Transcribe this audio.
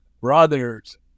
brothers